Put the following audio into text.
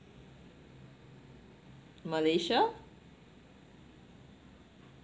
malaysia